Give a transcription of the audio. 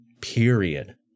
Period